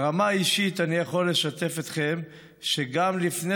ברמה האישית אני יכול לשתף אתכם שגם לפני